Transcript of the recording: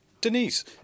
Denise